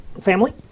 family